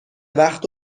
وقت